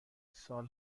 سال